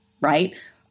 right